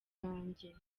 bwanjye